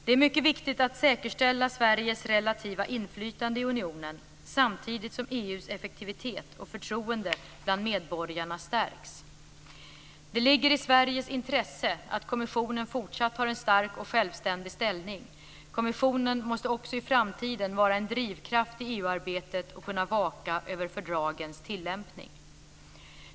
Det är mycket viktigt att säkerställa Sveriges relativa inflytande i unionen samtidigt som EU:s effektivitet och förtroende bland medborgarna stärks. Det ligger i Sveriges intresse att kommissionen fortsatt har en stark och självständig ställning. Kommissionen måste också i framtiden vara en drivkraft i EU-arbetet och kunna vaka över fördragens tillämpning.